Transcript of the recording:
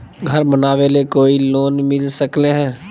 घर बनावे ले कोई लोनमिल सकले है?